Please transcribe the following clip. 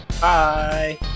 Bye